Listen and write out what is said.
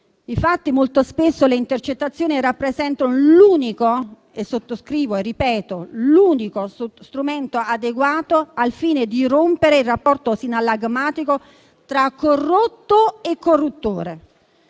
Infatti, molto spesso le intercettazioni rappresentano l'unico - e ripeto l'unico - strumento adeguato al fine di rompere il rapporto sinallagmatico tra corrotto e corruttore.